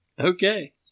Okay